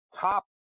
top